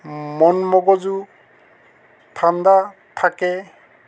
মন মগজু ঠাণ্ডা থাকে